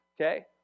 okay